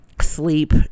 sleep